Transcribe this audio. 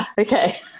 Okay